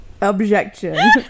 Objection